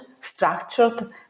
structured